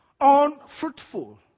Unfruitful